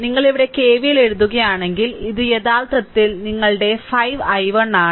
നിങ്ങൾ ഇവിടെ കെവിഎൽ എഴുതുകയാണെങ്കിൽ ഇത് യഥാർത്ഥത്തിൽ നിങ്ങളുടെ 5 i1 ആണ്